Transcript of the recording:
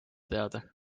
teada